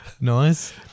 Nice